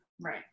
right